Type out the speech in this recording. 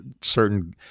certain